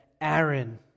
Aaron